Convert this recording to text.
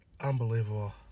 unbelievable